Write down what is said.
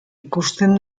ikusten